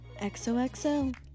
xoxo